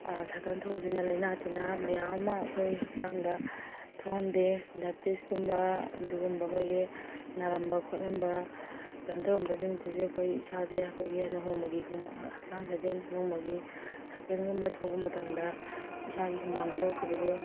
cycle ꯊꯧꯕꯁꯤꯅ ꯂꯥꯏꯅꯥ ꯇꯤꯟꯅꯥ ꯃꯌꯥꯝ ꯑꯃ ꯑꯩꯈꯣꯏ ꯍꯛꯆꯥꯡꯗ ꯊꯣꯛꯍꯟꯗꯦ ꯗꯥꯏꯕꯦꯇꯤꯁ ꯀꯨꯝꯕ ꯑꯗꯨꯒꯨꯝꯕ ꯑꯩꯈꯣꯏꯒꯤ ꯅꯥꯔꯝꯕ ꯈꯣꯠꯂꯝꯕ ꯀꯩꯅꯣ ꯇꯧꯔꯝꯕꯁꯤꯡꯗꯨꯁꯨ ꯑꯩꯈꯣꯏ ꯏꯁꯥꯁꯦ ꯑꯩꯈꯣꯏꯒꯤ ꯅꯣꯡꯃꯒꯤ ꯍꯛꯆꯥꯡ ꯁꯥꯖꯦꯟ ꯅꯣꯡꯃꯒꯤ ꯁꯥꯏꯀꯜꯒꯨꯝꯕ ꯊꯧꯕ ꯃꯇꯝꯗ ꯏꯁꯥꯒꯤ ꯍꯨꯃꯥꯡ ꯊꯣꯛꯈꯤꯕꯗꯨ